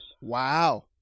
Wow